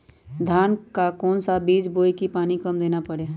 धान का कौन सा बीज बोय की पानी कम देना परे?